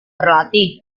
berlatih